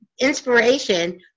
inspiration